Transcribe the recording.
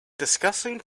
discussing